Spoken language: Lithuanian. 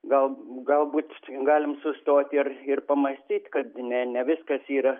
gal galbūt galim sustoti ir ir pamąstyt kad ne ne viskas yra